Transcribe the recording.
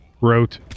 wrote